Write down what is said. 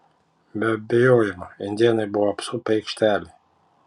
be abejojimo indėnai buvo apsupę aikštelę